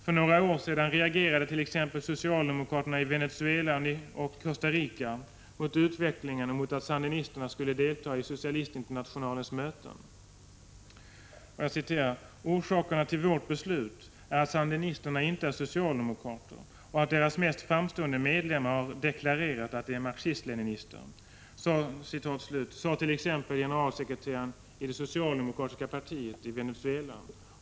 För några år sedan reagerade t.ex. socialdemokrater i Venezuela och Costa Rica mot utvecklingen och mot att sandinisterna skulle delta i socialistinternationalens möten. ”Orsakerna till vårt beslut är att sandinisterna inte är socialdemokrater och att deras mest framstående medlemmar har deklarerat att de är marxistleninister”, sade t.ex. generalsekreteraren i det socialdemokratiska partiet i Venezuela.